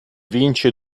vince